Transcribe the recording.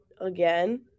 again